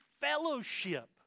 fellowship